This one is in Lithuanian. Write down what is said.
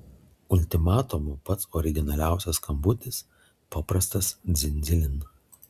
ultimatumu pats originaliausias skambutis paprastas dzin dzilin